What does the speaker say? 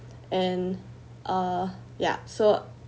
and uh ya so